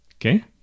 Okay